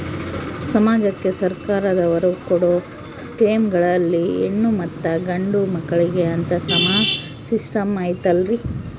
ಸಮಾಜಕ್ಕೆ ಸರ್ಕಾರದವರು ಕೊಡೊ ಸ್ಕೇಮುಗಳಲ್ಲಿ ಹೆಣ್ಣು ಮತ್ತಾ ಗಂಡು ಮಕ್ಕಳಿಗೆ ಅಂತಾ ಸಮಾನ ಸಿಸ್ಟಮ್ ಐತಲ್ರಿ?